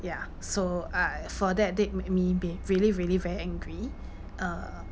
ya so I for that did made me be really really very angry uh